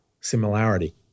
similarity